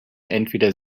entweder